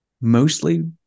mostly